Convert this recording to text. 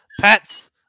pets